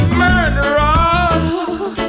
murderer